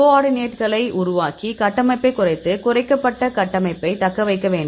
கோஆர்டினேட்ஸ்களை உருவாக்கி கட்டமைப்பைக் குறைத்து குறைக்கப்பட்ட கட்டமைப்பை தக்கவைக்க வேண்டும்